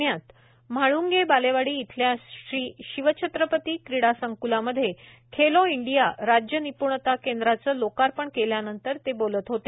पुण्यात म्हाळूंगे बालेवा ी इथल्या श्री शिवछत्रपती क्री ा संकुलामध्ये खेलो इंगिया राज्य निपुणता केंद्राचं लोकार्पण केल्यानंतर ते बोलत होते